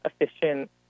efficient